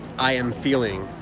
i am feeling